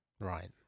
right